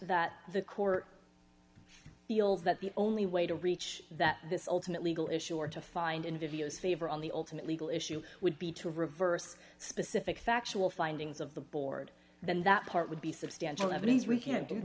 that the court feels that the only way to reach that this ultimate legal issue are to find in videos favor on the ultimate legal issue would be to reverse specific factual findings of the board then that part would be substantial evidence we can't do